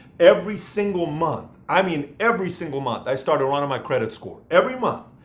every single month, i mean every single month, i started running my credit score. every month,